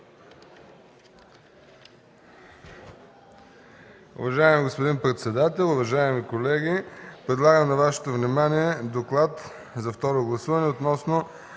Уважаеми господин председател, уважаеми колеги! Предлагам на Вашето внимание Доклад за второ гласуване относно